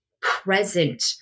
present